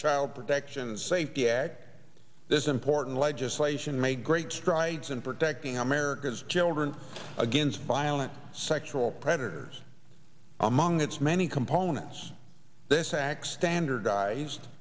child protection and safety act this important legislation made great strides in protecting america's children against violent sexual predators among its many components this acts standardized